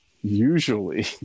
usually